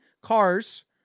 cars